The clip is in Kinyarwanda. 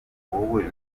wowe